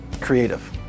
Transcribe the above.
creative